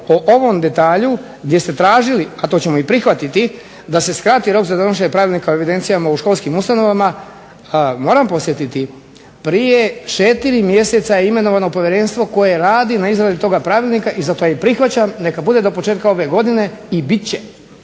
o ovom detalju gdje ste tražili, a to možemo i prihvatiti da se skrati rok za donošenje pravilnika o evidencijama u školskim ustanovama moram podsjetiti, prije 4 mjeseca je imenovano povjerenstvo koje radi na izradi toga pravilnika. I zato ja i prihvaćam, neka bude do početka ove godine i bit će.